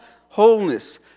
Wholeness